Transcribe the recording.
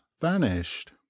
vanished